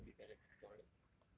who do you think will be valedictorian